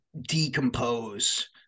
decompose